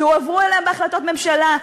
שהועברו אליהם בהחלטות ממשלה,